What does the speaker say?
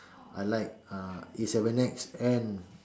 I like uh A-seven-X and